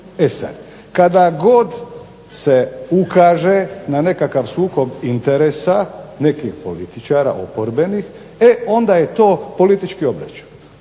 E sada kada god se ukaže na nekakav sukob interesa nekih političara oporbenih, e onda je to politički obračun.